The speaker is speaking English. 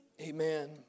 Amen